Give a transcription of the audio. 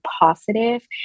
positive